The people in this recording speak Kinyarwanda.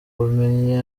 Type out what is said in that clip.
bumenyi